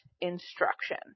instruction